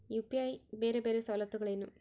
UPI ಬೇರೆ ಬೇರೆ ಸವಲತ್ತುಗಳೇನು?